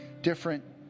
different